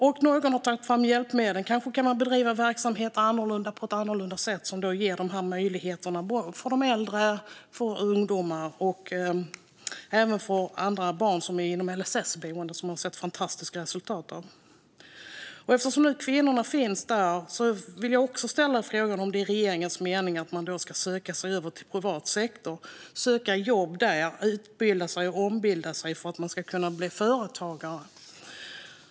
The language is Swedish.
Någon har kanske tagit fram ett hjälpmedel, och någon kanske tänker att man kan bedriva en verksamhet på ett annorlunda sätt som ger möjligheter för äldre, ungdomar och även för barn inom LSS-boenden. Man har sett fantastiska resultat av sådana satsningar. Eftersom kvinnorna finns i den offentliga sektorn vill jag också ställa frågan om det är regeringens mening att man ska söka sig över till privat sektor och söka jobb där och utbilda sig för att kunna bli företagare.